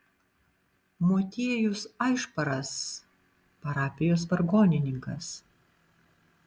motiejus aišparas parapijos vargonininkas